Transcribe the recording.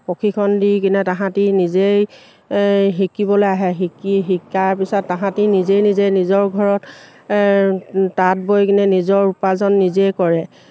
প্ৰশিক্ষণ দি কিনে তাহাঁতে নিজেই শিকিবলৈ আহে শিকি শিকাৰ পিছত তাহাঁতে নিজেই নিজে নিজৰ ঘৰত তাঁত বৈ কিনে নিজৰ উপাৰ্জন নিজেই কৰে